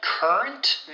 Current